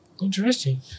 Interesting